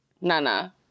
Nana